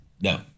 No